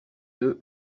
deux